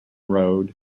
road